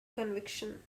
conviction